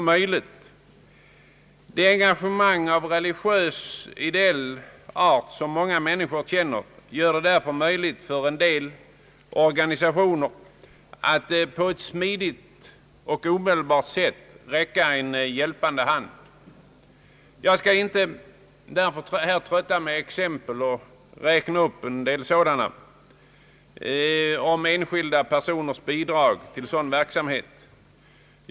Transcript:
De engagemang av religiös och ideell art som många människor känner gör det möjligt för en del organisationer att räcka en hjälpande hand på ett smidigt och omedelbart sätt. Jag skall inte trötta med att räkna upp exempel på enskilda personers bidrag till sådan verksamhet.